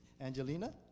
Angelina